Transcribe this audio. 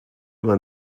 man